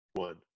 one